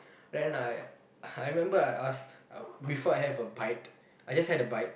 then I I remember I ask uh before I have a bite I just had a bite